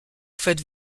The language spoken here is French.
faites